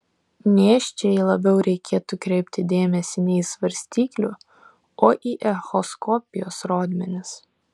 nėščiajai labiau reikėtų kreipti dėmesį ne į svarstyklių o į echoskopijos rodmenis